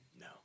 No